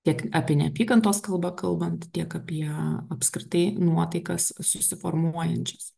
tiek apie neapykantos kalbą kalbant tiek apie apskritai nuotaikas susiformuojančias